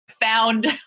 found